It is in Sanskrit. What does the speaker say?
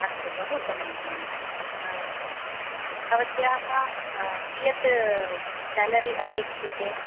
अस्तु बहु उत्तमं भगिनी भवत्याः कियत् सेलरी अपेक्ष्यते